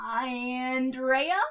Andrea